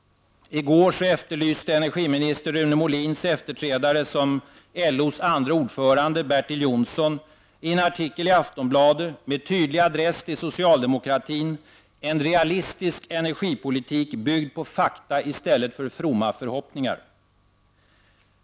I går efterlyste energiminister Rune Molins efterträdare som LOs andre ordförande, Bertil Jonsson, i en artikel i Aftonbladet, med tydlig adress till socialdemokratin, ”en realistisk energipolitik byggd på fakta i stället för på fromma förhoppningar”.